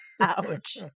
Ouch